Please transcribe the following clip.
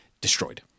destroyed